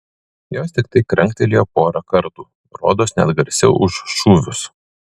jos tiktai kranktelėjo porą kartų rodos net garsiau už šūvius